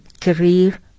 career